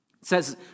says